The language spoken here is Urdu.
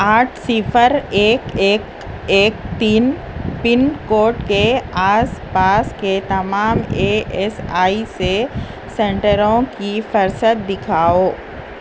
آٹھ صفر ایک ایک ایک تین پن کوڈ کے آس پاس کے تمام اے ایس آئی سے سنٹروں کی فرست دکھاؤ